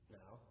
now